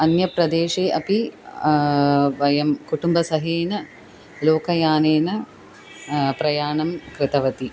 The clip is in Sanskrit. अन्य प्रदेशे अपि वयं कुटुंबेन सह लोकयानेन प्रयाणं कृतवन्तः